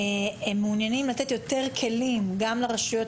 מעוניינים לתת יותר כלים גם לרשויות